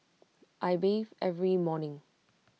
I bathe every morning